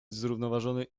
zrównoważony